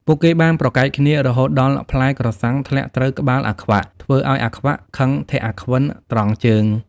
ពួកគេបានប្រកែកគ្នា រហូតដល់ផ្លែក្រសាំងធ្លាក់ត្រូវក្បាលអាខ្វាក់ ធ្វើឱ្យអាខ្វាក់ខឹងធាក់អាខ្វិនត្រង់ជើង ។